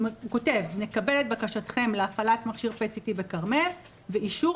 הוא כותב: "נקבל את בקשתכם להפעלת מכשיר PET-CT בכרמל ואישור